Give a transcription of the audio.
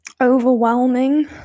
overwhelming